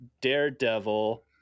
Daredevil